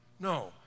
No